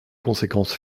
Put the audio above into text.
conséquences